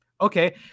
Okay